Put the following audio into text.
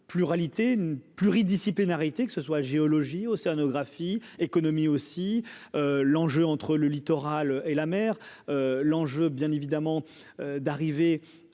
pluralité une pluridisciplinarité, que ce soit géologie océanographie économie aussi l'enjeu entre le littoral et la mer, l'enjeu bien évidemment d'arriver